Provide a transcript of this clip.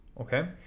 okay